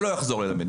שלא יחזור אלינו.